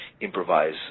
improvise